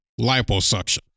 liposuction